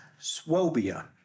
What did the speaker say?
Swobia